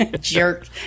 Jerk